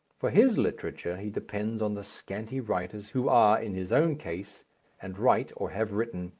for his literature he depends on the scanty writers who are in his own case and write, or have written,